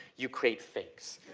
you create fakes.